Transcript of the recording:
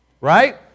right